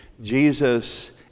Jesus